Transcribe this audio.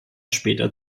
später